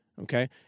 Okay